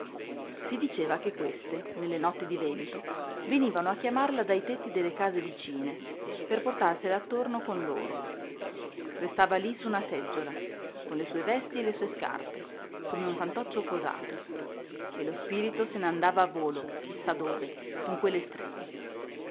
si diceva che queste nelle notti di vento venivano a chiamarla dai tetti delle case vicine per portarsela attorno con loro restava lí su una seggiola con le sue vesti e le sue scarpe come un fantoccio posato e lo spirito se n'andava a volo chi sa dove con quelle streghe